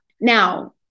Now